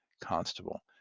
Constable